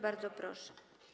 Bardzo proszę.